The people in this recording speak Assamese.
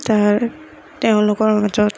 তাৰ তেওঁলোকৰ মাজত